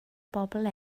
bobl